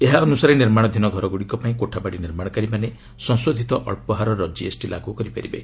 ଏହା ଅନ୍ତସାରେ ନିର୍ମାଣାଧୀନ ଘରଗୁଡ଼ିକ ପାଇଁ କୋଠାବାଡ଼ି ନିର୍ମାଣକାରୀମାନେ ସଂଶୋଧିତ ଅକ୍ସହାରର ଜିଏସ୍ଟି ଲାଗୁ କରି ପାରିବେ